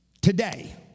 today